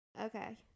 Okay